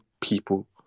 people